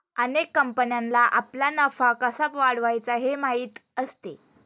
अनेक कंपन्यांना आपला नफा कसा वाढवायचा हे माहीत असते